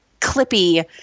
clippy